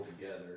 together